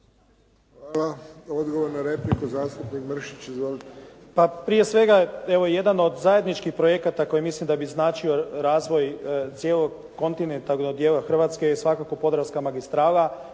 Izvolite. **Mrsić, Mirando (SDP)** Pa prije svega, evo jedan od zajedničkih projekata koji mislim da bi značio razvoj cijelog kontinentalnog dijela Hrvatske je svakako Podravska magistrala,